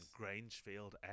Grangefield